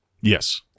Yes